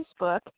Facebook